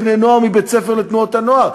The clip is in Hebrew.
לגייס בני נוער מבית-ספר לתנועות הנוער.